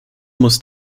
muss